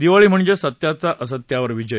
दिवाळी म्हणजे सत्याचा असत्यावर विजय